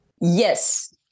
Yes